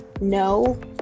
no